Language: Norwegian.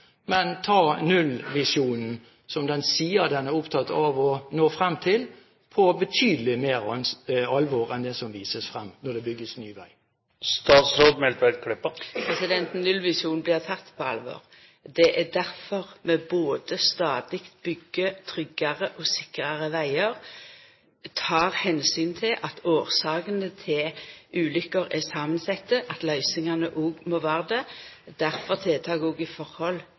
men tar nullvisjonen, som de sier de er opptatt av å nå frem til, på betydelig mer alvor enn det som vises frem når det bygges ny vei? Nullvisjonen blir teken på alvor. Det er difor vi stadig byggjer tryggare og sikrare vegar, tek omsyn til at årsakene til ulukker er samansette og at løysingane òg må